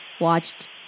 watched